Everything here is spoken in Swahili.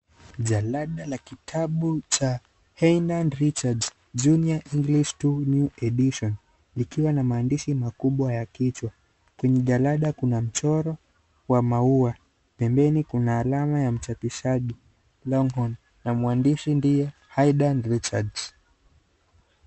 Jalada la kitabu cha Haydn Richards, Junior English 2 Edition, Likiwa na maandishi makubwa ya kichwa. Kwenye jalada kuna mchoro wa maua. Pembeni kuna alama ya mchapishaji. Longhorn na mmmmwandishi ndiye, Haydn Richards.